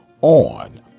on